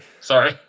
Sorry